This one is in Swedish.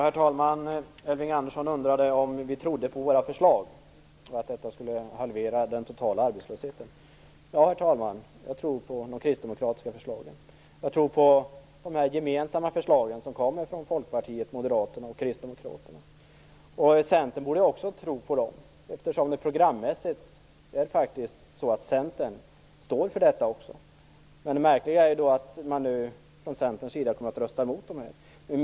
Herr talman! Elving Andersson undrade om vi tror på våra förslag och på att de skall halvera den totala arbetslösheten. Jag tror på de kristdemokratiska förslagen. Jag tror på de gemensamma förslag som kommer från Folkpartiet, Moderaterna och kristdemokraterna. Centern borde också tro på dem. Programmässigt står Centern också för dessa idéer. Det märkliga är att Centern kommer att rösta emot våra förslag.